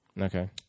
Okay